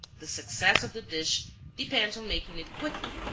the success of the dish depends on making it quickly,